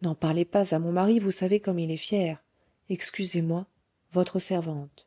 n'en parlez pas à mon mari vous savez comme il est fier excusez-moi votre servante